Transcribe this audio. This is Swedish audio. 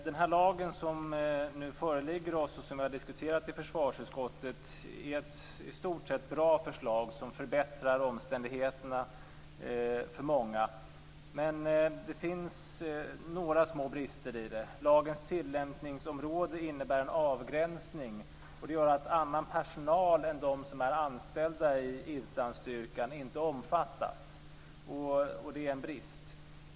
Den lag som nu föreligger och som vi har diskuterat i försvarsutskottet är ett i stort sett bra förslag som förbättrar omständigheterna för många. Men det finns några små brister i det. Lagens tillämpningsområde innebär en avgränsning. Det gör att annan personal än de som är anställda i utlandsstyrkan inte omfattas. Det är en brist.